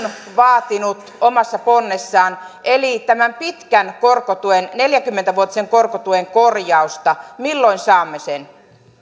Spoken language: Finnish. vaatinut omassa ponnessaan eli tämän pitkän korkotuen neljäkymmentä vuotisen korkotuen korjausta milloin saamme sen